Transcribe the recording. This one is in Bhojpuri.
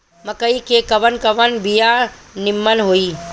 मकई के कवन कवन बिया नीमन होई?